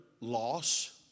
loss